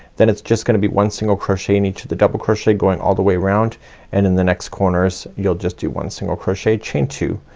than it's just gonna be one single crochet in each of the double crochet going all the way around and in the next corners you'll just do one single crochet, chain two,